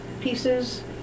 pieces